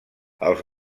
els